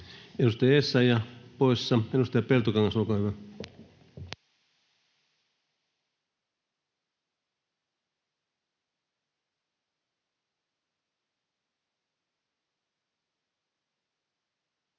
Edustaja Essayah poissa. — Edustaja Peltokangas, olkaa hyvä.